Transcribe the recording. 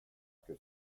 que